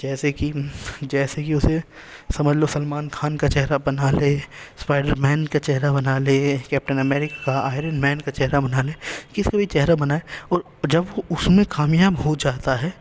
جیسے کہ جیسے کہ اسے سمجھ لو سلمان خان کا چہرہ بنا لے اسپائڈر مین کا چہرہ بنا لے کیپٹن امیرکا آئرن مین کا چہرہ بنا لے کسی کا بھی چہرہ بنائے اور جب وہ اس میں کامیاب ہو جاتا ہے